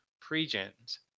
pre-gens